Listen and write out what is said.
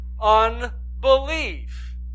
unbelief